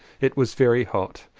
it was very hot.